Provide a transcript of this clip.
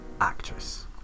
actress